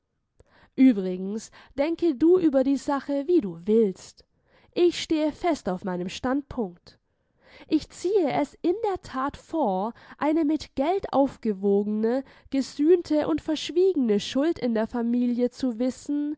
uebrigens denke du über die sache wie du willst ich stehe fest auf meinem standpunkt ich ziehe es in der that vor eine mit geld aufgewogene gesühnte und verschwiegene schuld in der familie zu wissen